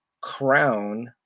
crown